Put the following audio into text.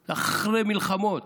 שאחוה, אחרי מלחמות.